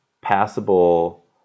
passable